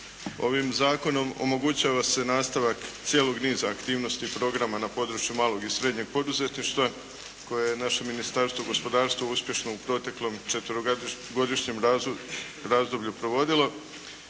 Ovim zakonom omogućava se nastavak cijelog niza aktivnosti programa na području malog i srednjeg poduzetništva koje je naše Ministarstvo gospodarstva uspješno u proteklom četverogodišnjem razdoblju provodilo,